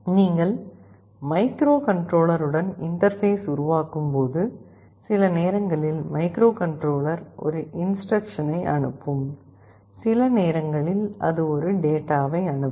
நீங்கள் மைக்ரோகண்ட்ரோலருடன் இன்டர்பேஸ் உருவாக்கும்போது சில நேரங்களில் மைக்ரோகண்ட்ரோலர் ஒரு இன்ஸ்டிரக்க்ஷனை அனுப்பும் சில நேரங்களில் அது ஒரு டேட்டாவை அனுப்பும்